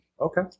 Okay